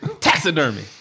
Taxidermy